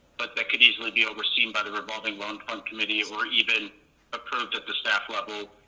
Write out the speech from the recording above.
but that could easily be overseen by the revolving loan fund committee or even approved at the staff level.